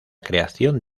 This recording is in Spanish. creación